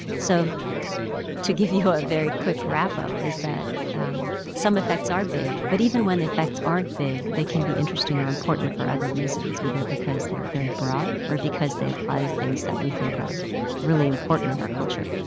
so to give you a very quick wrap-up is that some effects are big, but even when effects aren't big, they can be interesting or important for other reasons either because they are very broad or because they apply to things that we think are really important in our culture